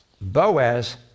Boaz